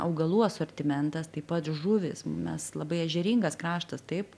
augalų asortimentas taip pat žuvys mes labai ežeringas kraštas taip